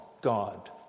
God